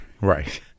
Right